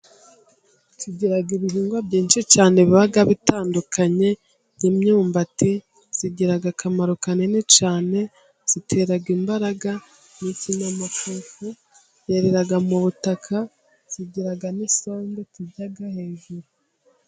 Tugira ibihigwa byinshi cyane biba bitandukanye imyumbati, igira akamaro kanini cyane itera imbaraga ni ikinyamafufu cyerera mu butaka, kigira n'isombe turya hejuru.